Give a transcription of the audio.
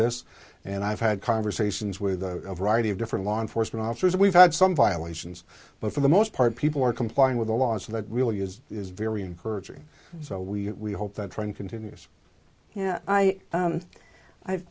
this and i've had conversations with a variety of different law enforcement officers we've had some violations but for the most part people are complying with the laws that we all use is very encouraging so we hope that trend continues yeah i